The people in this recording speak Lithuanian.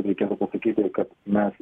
reikėtų pasakyti ir kad mes